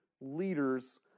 leaders